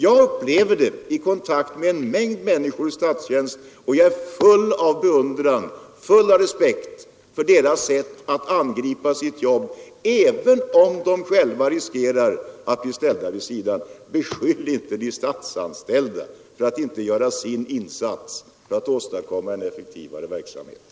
Jag upplever detta i kontakt med en mängd människor i statstjänst, och jag är full av respekt och beundran för deras sätt att angripa sitt jobb, även om de själva riskerar att bli ställda vid sidan. Beskyll inte de statsanställda för att inte göra sin insats då det gäller att åstadkomma en effektivare verksamhet!